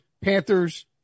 Panthers